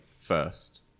first